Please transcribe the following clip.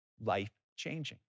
life-changing